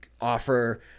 offer